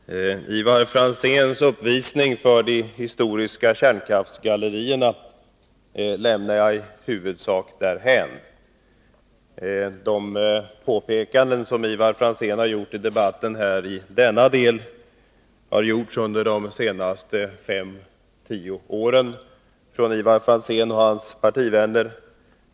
Herr talman! Ivar Franzéns uppvisning för de historiska kärnkraftsgallerierna lämnar jag i huvudsak därhän. De påpekanden som Franzén i denna del har gjort i debatten i dag har gjorts under de senaste fem tio åren från Ivar Franzéns och hans partivänners sida.